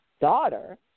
daughter